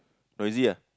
noisy ah